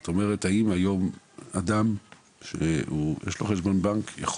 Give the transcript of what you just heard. זאת אומרת האם היום אדם שיש לו חשבון בנק יכול